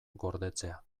gordetzea